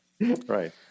Right